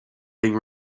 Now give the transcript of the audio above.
being